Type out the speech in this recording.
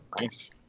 Nice